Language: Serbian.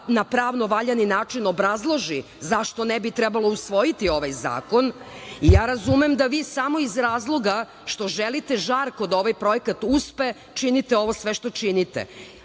na pravno valjani način obrazloži zašto ne bi trebalo usvojiti ovaj zakon. Razumem da vi samo iz razloga što želite žarko da ovaj projekat uspe, činite sve ovo što činite. Ako